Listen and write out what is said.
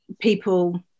people